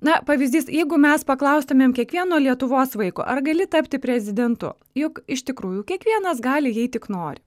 na pavyzdys jeigu mes paklaustumėm kiekvieno lietuvos vaiko ar gali tapti prezidentu juk iš tikrųjų kiekvienas gali jei tik nori